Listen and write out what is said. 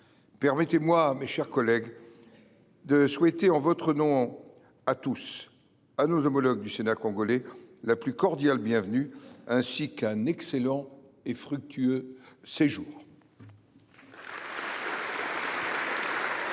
Permettez moi, mes chers collègues, de souhaiter en votre nom à tous à nos homologues du Sénat congolais la plus cordiale bienvenue, ainsi qu’un excellent et fructueux séjour. L’ordre